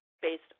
based